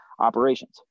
operations